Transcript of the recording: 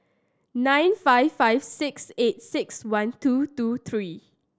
nine five five six eight six one two two three